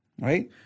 right